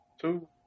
two